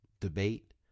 debate